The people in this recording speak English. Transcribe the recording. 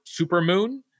supermoon